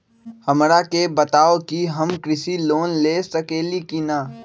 हमरा के बताव कि हम कृषि लोन ले सकेली की न?